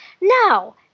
Now